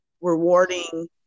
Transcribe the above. rewarding